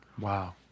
Wow